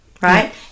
right